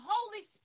Holy